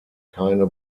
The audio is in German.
keine